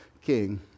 king